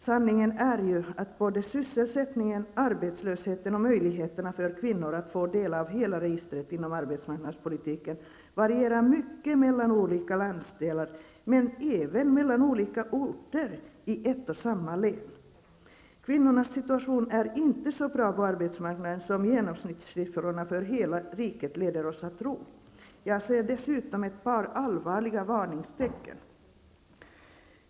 Sanningen är att både sysselsättningen, arbetslösheten och möjligheterna för kvinnor att få del av hela registret inom arbetsmarknadspolitiken varierar mycket mellan olika landsdelar men även mellan olika orter i ett och samma län. Kvinnornas situation på arbetsmarknaden är inte så bra som genomsnittssiffrorna för hela riket leder oss att tro. Jag ser dessutom ett par allvarliga varningstecken.